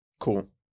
Cool